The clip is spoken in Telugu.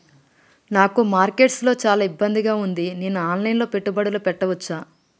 నాకు మార్కెట్స్ లో చాలా ఇబ్బందిగా ఉంది, నేను ఆన్ లైన్ లో పెట్టుబడులు పెట్టవచ్చా?